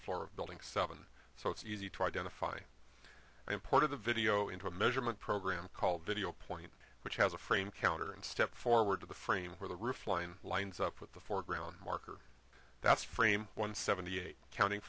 floor of building seven so it's easy to identify the import of the video into a measurement program called video point which has a frame counter and step forward to the frame where the roof line lines up with the foreground marker that's frame one seventy eight counting